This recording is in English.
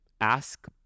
Ask